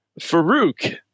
Farouk